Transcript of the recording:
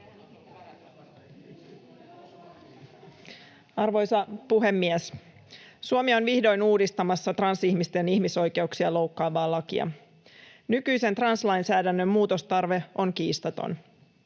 Arvoisa puhemies! Suomi on vihdoin uudistamassa transihmisten ihmisoikeuksia loukkaavaa lakia. Nykyisen translainsäädännön muutostarve on kiistaton.